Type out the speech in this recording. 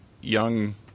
young